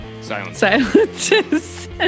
Silence